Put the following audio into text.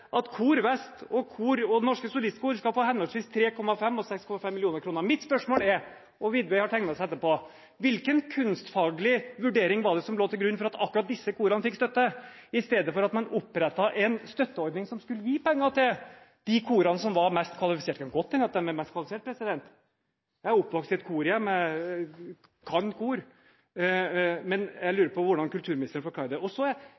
at Kor Vest og Det Norske Solistkor skal få henholdsvis 3 mill. kr og 6,5 mill. kr. Mitt spørsmål er – og statsråd Widvey har tegnet seg til et innlegg etterpå – hvilken kunstfaglig vurdering var det som lå til grunn for at akkurat disse korene fikk støtte, i stedet for at man opprettet en støtteordning som kunne gi penger til de korene som var best kvalifisert? Det kan godt hende at disse korene var best kvalifisert. Jeg er oppvokst i et korhjem. Jeg kan kor. Men jeg